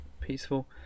peaceful